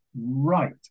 Right